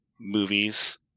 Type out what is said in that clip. movies